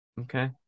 Okay